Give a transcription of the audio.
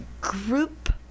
group